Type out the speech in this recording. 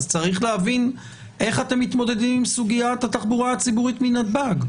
אז צריך להבין איך אתם מתמודדים עם סוגיית התחבורה הציבורית מנתב"ג.